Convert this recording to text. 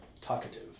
talkative